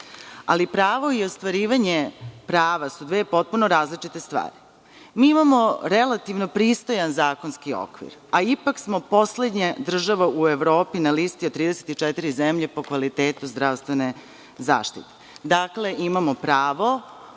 ali pravo i ostvarivanje prava su dve potpuno različite stvari. Imamo relativno pristojan zakonski okvira, a ipak smo poslednja država u Evropi, na listi od 34 zemlje, po kvalitetu zdravstvene zaštite. Dakle, imamo pravo,